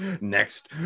Next